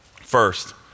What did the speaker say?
first